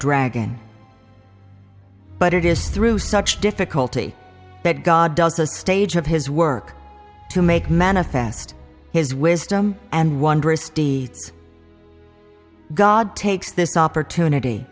dragon but it is through such difficulty that god does a stage of his work to make manifest his wisdom and wondrous deets god takes this opportunity